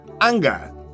anger